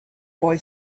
boy